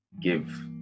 give